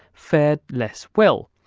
fared less well.